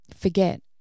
forget